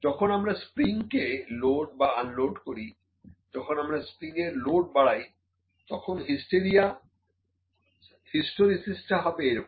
যখন আমরা স্প্রিংকে লোড বা আনলোড করি যখন আমরা স্প্রিং এর লোড বাড়াই তখন হিস্টেরিসিসটা হবে এইরকম